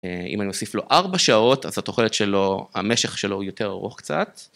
אם אני אוסיף לו 4 שעות, אז התוחלת שלו, המשך שלו, יותר ארוך קצת.